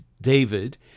David